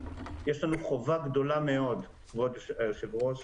יש לנו חובה גדולה מאוד, כבוד היושב-ראש,